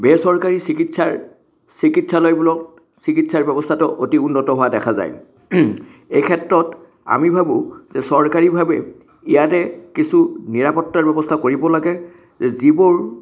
বেচৰকাৰী চিকিৎসাৰ চিকিৎসালয়বোৰত চিকিৎসা ব্যৱস্থাটো অতি উন্নত হোৱা দেখা যায় এই ক্ষেত্ৰত আমি ভাবোঁ যে চৰকাৰীভাৱে ইয়াতে কিছু নিৰাপত্তাৰ ব্যৱস্থা কৰিব লাগে যিবোৰ